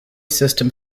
system